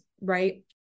right